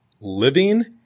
Living